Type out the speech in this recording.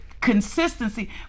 consistency